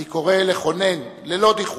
אני קורא לכונן, ללא דיחוי,